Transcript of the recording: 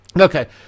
Okay